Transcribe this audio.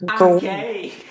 Okay